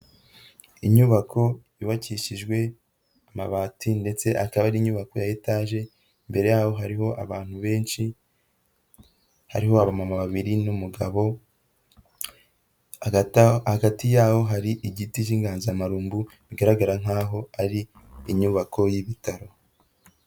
Inyubako yubakishijwe amabati ndetse akaba ari inyubako ya etaje, imbere yaho hariho abantu benshi hariho aba mama babiri n'umugabo, hagati yaho hari igiti cy'inganzamarumbu bigaragara nk'aho ari inyubako y'ibitaro.